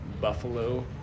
buffalo